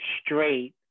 straight